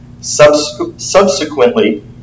subsequently